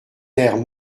terres